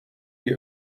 die